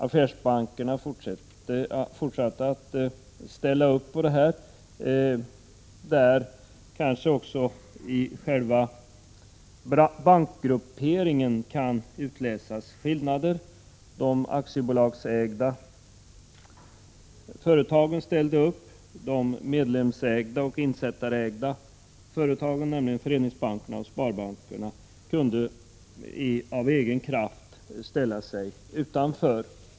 Affärsbankerna fortsatte att ställa upp på detta. I själva bankgrupperingen kanske också kan utläsas skillnader — de aktiebolagsägda företagen ställde upp, de medlemsägda och insättarägda företagen, nämligen föreningensbankerna och sparbankerna, kunde av egen kraft ställa sig utanför.